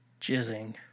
jizzing